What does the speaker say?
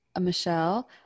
Michelle